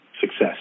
success